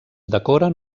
decoren